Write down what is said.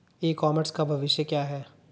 ई commerce का भविष्य क्या है?